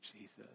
Jesus